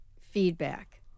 feedback